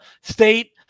State